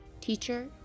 teacher